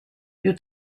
più